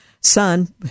son